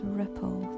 ripple